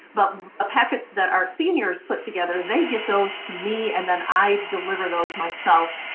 but ah packets that our seniors put together, they give those to me and then i deliver those myself.